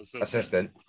Assistant